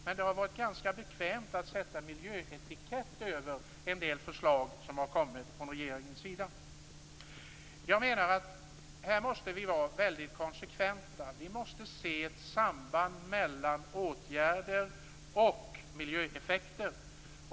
Men det har varit ganska bekvämt att sätta miljöetikett på en del förslag som kommit från regeringens sida. Här måste vi vara väldigt konsekventa. Vi måste se ett samband mellan åtgärder och miljöeffekter.